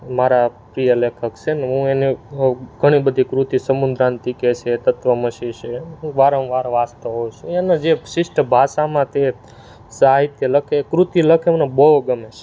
મારા પ્રિય લેખક છે ને હું એને ઘણી બધી કૃતિ સમુદ્રાન્તિકે છે તત્વમસી છે હું વારંવાર વાંચતો હોઉં છું એને જે શિષ્ટ ભાષામાં તે સાહિત્ય લખે કૃતિ લખે એ મને બહુ ગમે છે